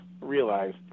realize